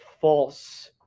false